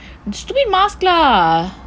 the stupid mask lah